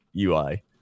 UI